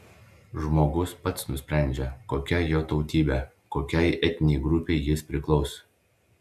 žmogus pats nusprendžia kokia jo tautybė kokiai etninei grupei jis priklauso